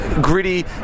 gritty